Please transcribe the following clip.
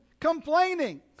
complaining